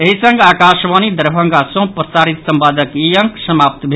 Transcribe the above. एहि संग आकाशवाणी दरभंगा सँ प्रसारित संवादक ई अंक समाप्त भेल